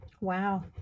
wow